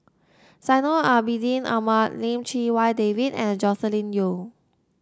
Zainal Abidin Ahmad Lim Chee Wai David and Joscelin Yeo